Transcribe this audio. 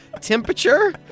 temperature